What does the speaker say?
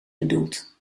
bedoelt